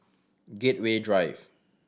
Gateway Drive